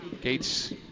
Gates